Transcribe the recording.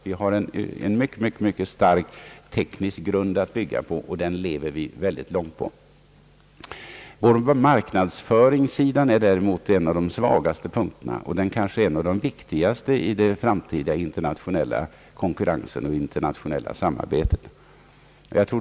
Vi har en utomordentligt stark teknisk grund att bygga på, och den lever vi högt på. Vår marknadsföringssida däremot är svag, och den kanske blir än viktigare i den framtida internationella konkurrensen och i det framtida samarbetet.